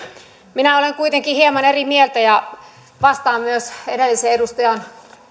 minä olen kuitenkin hieman eri mieltä ja vastaan myös edellisen edustajan